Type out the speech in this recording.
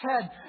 head